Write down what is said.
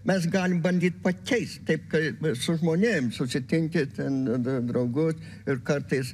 mes galim bandyt pakeist taip kaip žmonėms susitinki ten draugus ir kartais